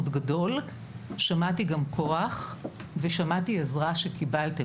גדול שמעתי גם כוח ושמעתי עזרה שקיבלתם,